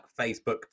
Facebook